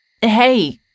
Hey